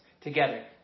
together